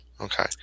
Okay